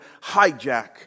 hijack